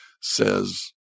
says